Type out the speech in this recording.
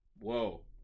Whoa